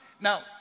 Now